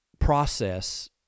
Process